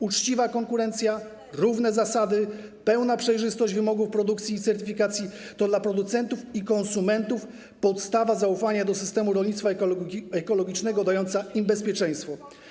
Uczciwa konkurencja, równe zasady, pełna przejrzystość wymogów produkcji i certyfikacji stanowią dla producentów i konsumentów podstawę zaufania do systemu rolnictwa ekologicznego dającą im bezpieczeństwo.